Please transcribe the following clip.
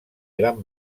gran